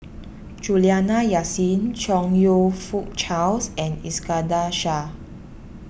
Juliana Yasin Chong You Fook Charles and Iskandar Shah